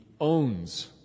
owns